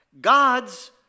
God's